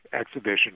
exhibition